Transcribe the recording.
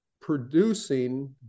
producing